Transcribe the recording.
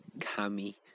Kami